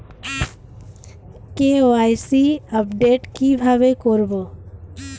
KYC update কি ভাবে করবো?